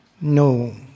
No